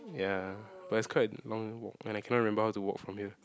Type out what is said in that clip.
ya but it's quite a long walk and I cannot remember how to walk from here